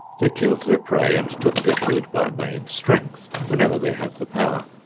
they killed their prey and took their food by main strength whenever they had the power.